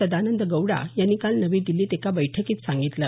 सदानंद गौडा यांनी काल नवी दिल्लीत एका बैठकीत सांगितलं